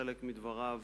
לחלק מדבריו